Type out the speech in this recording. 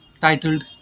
titled